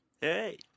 Hey